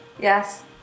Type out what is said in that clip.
Yes